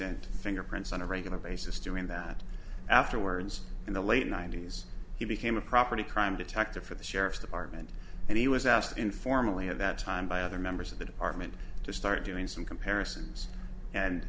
t fingerprints on a regular basis during that afterwards in the late ninety's he became a property crime detective for the sheriff's department and he was asked informally at that time by other members of the department to start doing some comparisons and